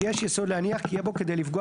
שיש יסוד להניח כי יהיה בו כדי לפגוע